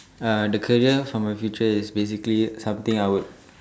uh the career for my future is basically something I would